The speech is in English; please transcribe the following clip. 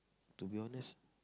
to be honest